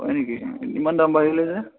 হয় নেকি ইমান দাম বাঢ়িলে যে